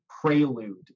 prelude